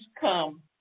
come